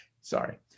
Sorry